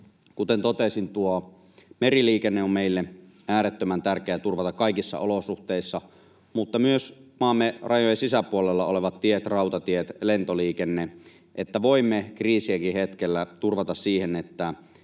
Kuten totesin, tuo meriliikenne on meille äärettömän tärkeää turvata kaikissa olosuhteissa mutta myös maamme rajojen sisäpuolella olevat tiet, rautatiet, lentoliikenne, niin että voimme kriisienkin hetkellä turvata siihen, että